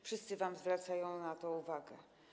Wszyscy wam zwracają na to uwagę.